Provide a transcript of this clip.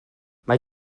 mae